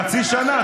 חצי שנה.